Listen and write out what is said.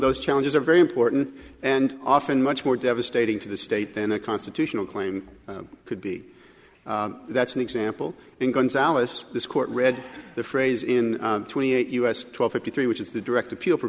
those challenges are very important and often much more devastating to the state than a constitutional claim could be that's an example in gonzales this court read the phrase in twenty eight u s twelve fifty three which is the direct appeal